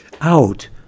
out